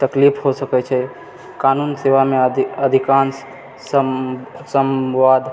तकलीफ हो सकै छै कानून सेवामे अधिकांश सम्वाद